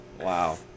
wow